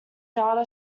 data